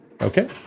Okay